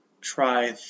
try